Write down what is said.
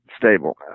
stable